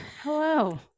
Hello